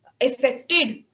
affected